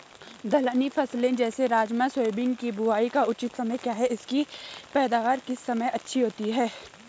दलहनी फसलें जैसे राजमा सोयाबीन के बुआई का उचित समय क्या है इसकी पैदावार किस समय अच्छी होती है?